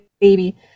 baby